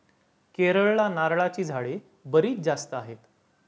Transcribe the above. केरळला नारळाची झाडे बरीच जास्त आहेत